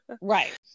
Right